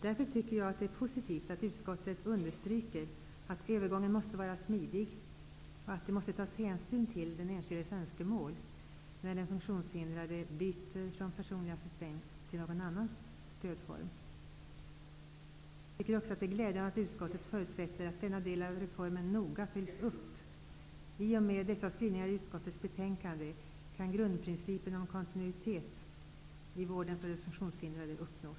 Därför tycker jag att det är positivt att utskottet understryker att övergången måste vara smidig och att det måste tas hänsyn till den enskildes önskemål när den funktionshindrade byter från personlig assistent till någon annan stödform. Jag tycker också att det är glädjande att utskottet förutsätter att denna del av reformen noga följs upp. I och med dessa skrivningar i utskottets betänkande kan grundprincipen om kontinuitet i vården av den funktionshindrade uppnås.